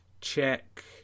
Check